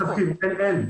אין.